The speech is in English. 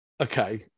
Okay